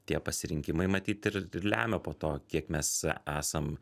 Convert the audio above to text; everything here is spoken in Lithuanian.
tie pasirinkimai matyt ir ir lemia po to kiek mes esam